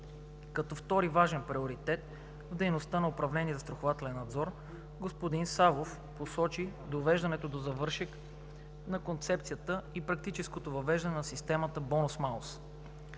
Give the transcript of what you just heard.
Като втори важен приоритет в дейността на управление „Застрахователен надзор“ господин Савов посочи довеждането до завършек на концепцията и практическото въвеждане на системата „бонус-малус“.